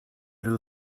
rhyw